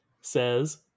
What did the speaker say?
says